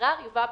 7.ערר יובא,